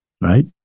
Right